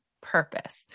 purpose